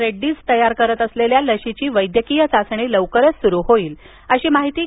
रेड्डीज तयार करत असलेल्या लसीची वैड्यकीय चाचणी लवकरच सुरू होईल अशी माहिती डॉ